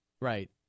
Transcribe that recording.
Right